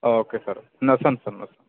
okay sir నేను వస్తాను sir మరి